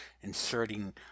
inserting